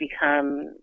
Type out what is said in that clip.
become